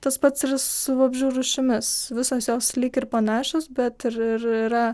tas pats ir su vabzdžių rūšimis visos jos lyg ir panašios bet ir ir yra